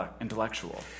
intellectual